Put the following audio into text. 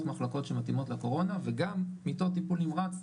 מחלקות שמתאימות לקורונה וגם מיטות טיפול נמרץ,